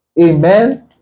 amen